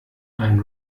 ein